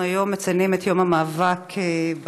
אנחנו היום מציינים את יום המאבק בעוני,